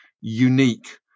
unique